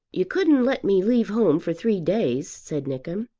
you couldn't let me leave home for three days? said nickem.